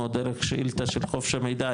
או דרך שאילתה של חוב של מידע,